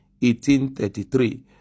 1833